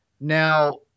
Now